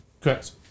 Correct